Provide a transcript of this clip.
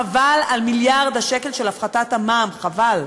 חבל על מיליארד השקל של הפחתת המע"מ, חבל.